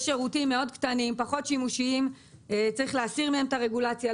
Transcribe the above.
יש שירותים מאוד קטנים ופחות שימושיים שצריך להסיר מהם את הרגולציה,